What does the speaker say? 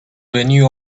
venue